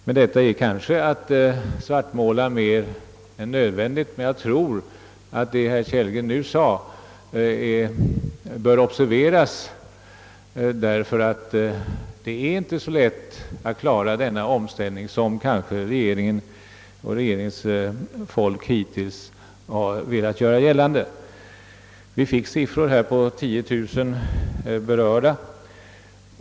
Men detta är kanske att svartmåla mer än nödvändigt. Jag tror att det som herr Kellgren nu sade bör observeras, ty det är inte så lätt att klara denna omställning som regeringen hittills kanske har velat göra gällande. Vi fick veta att cirka 10 000 personer skulle bli berörda.